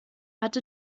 hatte